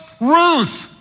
Ruth